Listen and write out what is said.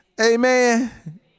Amen